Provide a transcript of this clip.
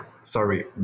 sorry